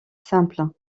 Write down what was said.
simples